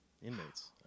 Inmates